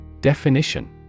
Definition